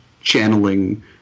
channeling